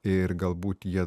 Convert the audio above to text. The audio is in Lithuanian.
ir galbūt jie